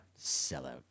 Sellout